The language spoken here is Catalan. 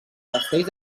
castells